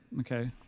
okay